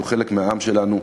שהוא חלק מהעם שלנו,